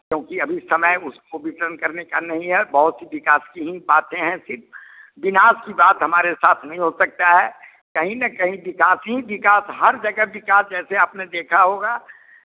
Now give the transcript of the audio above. क्यूँकि अभी समय उसको भी टर्न करने का नहीं है बोहौत सी विकास की बातें हैं फिर विनाश की बात हमारे साथ नहीं हो सकता है कहीं ना कहीं विकास ही विकास हर जगह विकास जैसे आपने देखा होगा